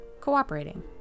cooperating